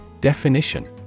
Definition